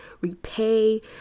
repay